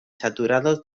saturados